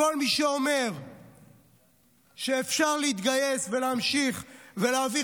כל מי שאומר שאפשר להתגייס ולהמשיך ולהביא